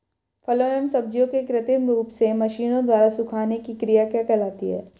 फलों एवं सब्जियों के कृत्रिम रूप से मशीनों द्वारा सुखाने की क्रिया क्या कहलाती है?